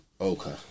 Okay